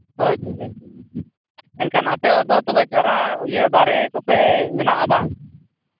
ᱦᱳᱭ ᱛᱚᱵᱮ ᱮᱱᱠᱦᱟᱱ ᱟᱯᱮ ᱫᱚ ᱛᱚᱵᱮ ᱪᱟᱨᱟ ᱤᱭᱟᱹ ᱫᱟᱨᱮ ᱠᱚᱯᱮ ᱢᱮᱱᱟᱜᱼᱟ ᱵᱟᱝ